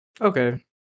Okay